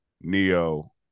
Neo